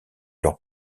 leur